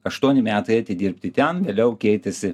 aštuoni metai atidirbti ten vėliau keitėsi